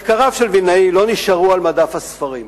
מחקריו של וילנאי לא נשארו על מדף הספרים.